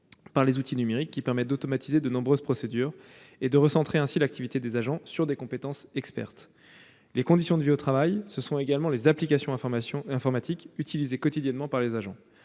par les outils numériques, qui permettent d'automatiser de nombreuses procédures et de recentrer ainsi l'activité des agents sur des compétences expertes. Les conditions de vie au travail, ce sont également les applications informatiques utilisées quotidiennement par les agents.